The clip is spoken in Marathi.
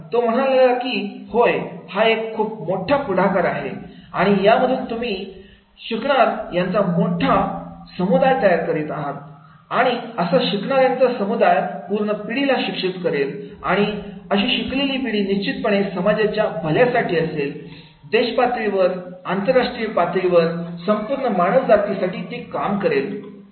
तो म्हणाला की "होय हा एक खूप मोठा पुढाकार आहे आणि यामधून तुम्ही शिकणार यांचा खूप मोठा समुदाय तयार करीत आहे आहात आणि असा शिकणार यांचा समुदाय पूर्ण पिढीला शिक्षित करेल आणि अशी शिकलेली पिढी निश्चितपणे समाजाच्या भल्यासाठी देशपातळीवर आंतरराष्ट्रीय पातळीवर संपूर्ण मानव जातीसाठी काम करेल"